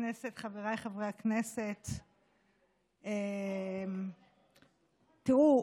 חבריי חברי הכנסת, תראו,